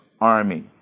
army